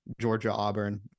Georgia-Auburn